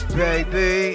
baby